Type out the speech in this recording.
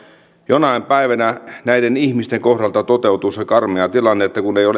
jonain päivänä näiden ihmisten kohdalta toteutuu se karmea tilanne että kun ei ole